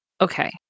Okay